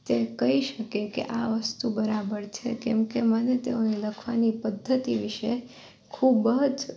તે કઈ શકે કે આ વસ્તુ બરાબર છે કેમ કે મને તેઓએ લખવાની પદ્ધતિ વિશે ખૂબ જ